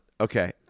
Okay